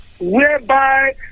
whereby